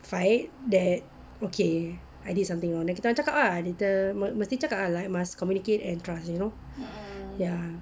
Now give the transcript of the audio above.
fight that okay I did something wrong then kita orang cakap ah kita mesti cakap ah like must communicate and talk ya